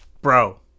Bro